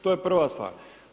To je prva stvar.